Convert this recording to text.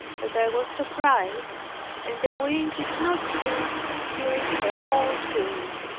that i was surprised and the wind did not cease during her whole journey.